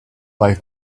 life